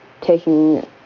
taking